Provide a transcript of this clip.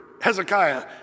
Hezekiah